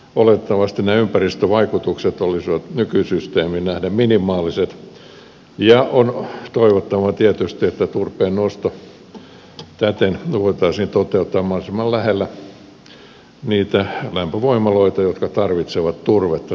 oletettavasti nämä ympäristövaikutukset olisivat nykysysteemiin nähden minimaaliset ja on toivottava tietysti että turpeennosto täten voitaisiin toteuttaa mahdollisimman lähellä niitä lämpövoimaloita jotka tarvitsevat turvetta